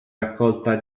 raccolta